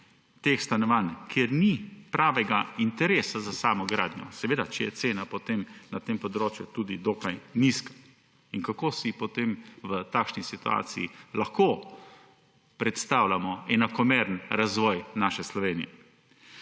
stanovanj, ker ni pravega interesa za samo gradnjo – seveda, če je cena potem na tem področju tudi dokaj nizka. Kako si potem v takšni situaciji lahko predstavljamo enakomeren razvoj naše Slovenije?